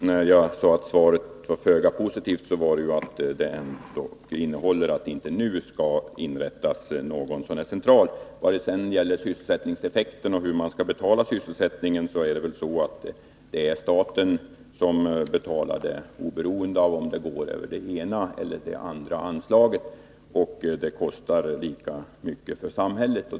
Herr talman! Anledningen till att jag sade att svaret är föga positivt var den att det inte nu skall inrättas någon central. Beträffande sysselsättningseffekten och betalningen för sysselsättningen vill jag bara säga att det väl är så, att det är staten som betalar oavsett om det blir fråga om det ena eller det andra anslaget. Kostnaderna blir lika stora för samhället.